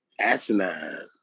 asinine